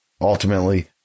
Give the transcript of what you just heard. Ultimately